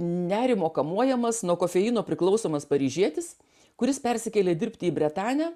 nerimo kamuojamas nuo kofeino priklausomas paryžietis kuris persikėlė dirbti į bretanę